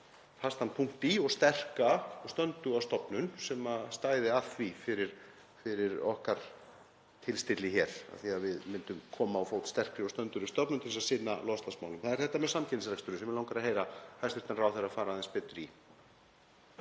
fastan punkt í því og sterka og stönduga stofnun sem stæði að því fyrir okkar tilstilli hér, að við myndum koma á fót sterkri og stöndugri stofnun til að sinna loftslagsmálum. En það er þetta með samkeppnisrekstur sem mig langar að heyra hæstv. ráðherra fara aðeins betur í.